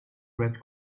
red